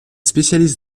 spécialiste